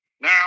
now